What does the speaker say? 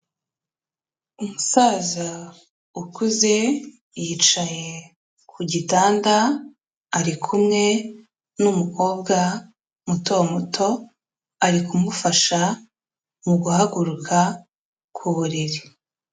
Umusaza ukuze yicaye ku gitanda ari kumwe n'umukobwa muto muto, ari kumufasha mu guhaguruka ku buriri.